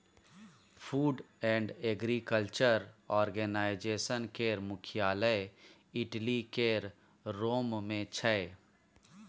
food and agriculture organisation केर मुख्यालय Italy केर रोम मे छै